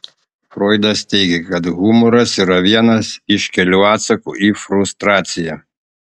froidas teigė kad humoras yra vienas iš kelių atsakų į frustraciją